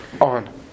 on